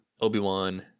Obi-Wan